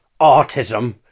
autism